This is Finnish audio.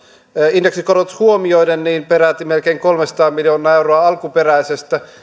indeksikorotus huomioiden peräti melkein kolmesataa miljoonaa euroa alkuperäisestä